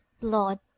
blood